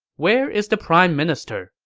where is the prime minister?